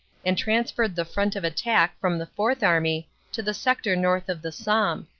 and transferred the front of attack from the fourth army to the sector north of the somme,